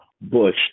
Bush